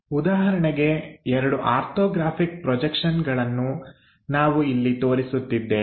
ಉದಾಹರಣೆಗೆ ಎರಡು ಆರ್ಥೋಗ್ರಾಫಿಕ್ ಪ್ರೊಜೆಕ್ಷನ್ಗಳನ್ನು ನಾವು ಇಲ್ಲಿ ತೋರಿಸುತ್ತಿದ್ದೇವೆ